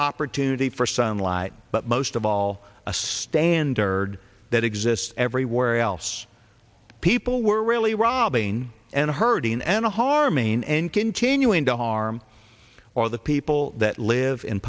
opportunity for sunlight but most of all a standard that exists everywhere else people were really robbing and hurting and harming and continuing to harm or the people that live in